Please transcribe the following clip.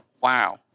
Wow